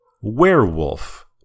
Werewolf